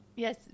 Yes